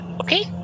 okay